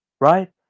right